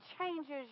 changes